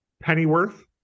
pennyworth